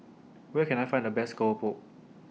Where Can I Find The Best Keropok